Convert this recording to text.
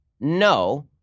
No